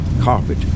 carpet